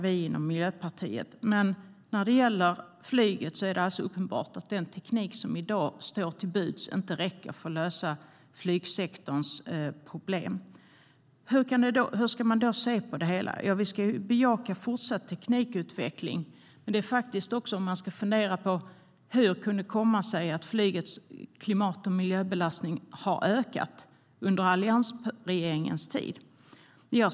Vi i Miljöpartiet bejakar teknikutveckling, men den teknik som i dag står till buds inom flyget räcker uppenbart inte för att lösa flygsektorns problem. Hur ska man då se på det hela? Jo, vi ska bejaka fortsatt teknikutveckling, men man kan fundera på hur det kan komma sig att flygets klimat och miljöbelastning ökade under alliansregeringens tid.